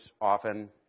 often